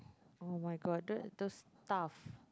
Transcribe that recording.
[oh]-my-God those those stuff